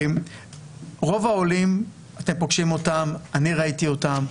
רוב העולים, אתם פוגשים אותם, אני ראיתי אותם.